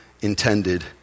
intended